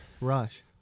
rush